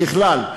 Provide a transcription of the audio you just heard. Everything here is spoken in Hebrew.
ככלל,